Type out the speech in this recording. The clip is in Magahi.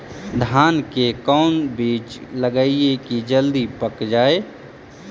धान के कोन बिज लगईयै कि जल्दी पक जाए?